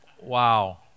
Wow